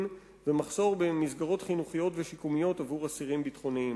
ומחסור במסגרות חינוכיות ושיקומיות עבור אסירים ביטחוניים.